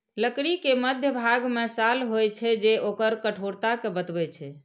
लकड़ी के मध्यभाग मे साल होइ छै, जे ओकर कठोरता कें बतबै छै